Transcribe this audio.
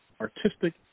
artistic